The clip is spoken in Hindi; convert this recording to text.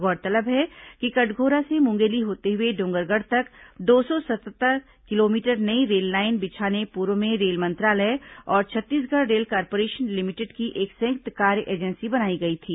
गौरतलब है कि कटघोरा से मुंगेली होते हुए डोंगरगढ़ तक दो सौ सतहत्तर किलोमीटर नई रेललाइन बिछाने पूर्व में रेल मंत्रालय और छत्तीसगढ़ रेल कार्पोरेशन लिमिटेड की एक संयुक्त कार्य एजेंसी बनाई गई थी